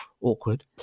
Awkward